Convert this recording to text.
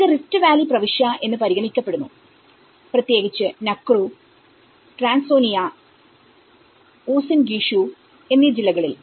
ഇവ Rift Valley പ്രവിശ്യ എന്ന് പരിഗണിക്കപ്പെടുന്നു പ്രത്യേകിച്ച് Nakuru Trans Nzoia Uasin Gishu എന്നീ ജില്ലകളിൽ